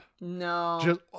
No